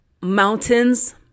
mountains